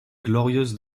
glorieuses